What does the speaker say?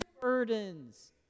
burdens